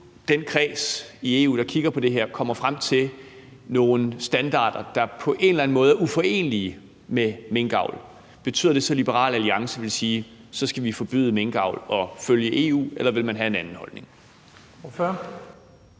den kreds i EU, der kigger på det her, kommer frem til nogle standarder, der på en eller anden måde er uforenelige med minkavl, betyder det så, at Liberal Alliance vil sige, at vi skal forbyde minkavl og følge EU, eller vil man have en anden holdning? Kl.